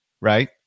right